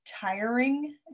tiring